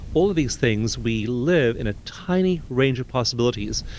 all of these things. we live in a tiny range of possibilities,